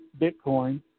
Bitcoin